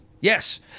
Yes